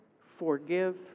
forgive